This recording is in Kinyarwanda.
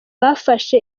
bafashe